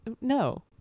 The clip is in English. No